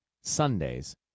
Sundays